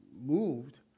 moved